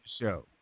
show